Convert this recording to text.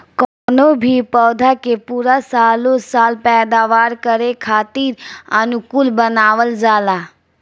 कवनो भी पौधा के पूरा सालो साल पैदावार करे खातीर अनुकूल बनावल जाला